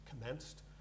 Commenced